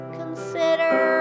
consider